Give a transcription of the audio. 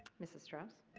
mrs. strauss.